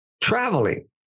traveling